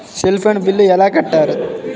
Cell phone bill ఎలా కట్టారు?